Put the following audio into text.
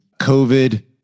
COVID